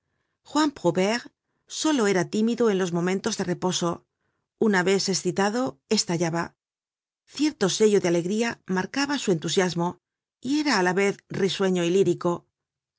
juan prouvaire solo era tímido en los momentos de reposo una vez escitado estallaba cierto sello de alegría marcaba su entusiasmo y era á la vez risueño y lírico no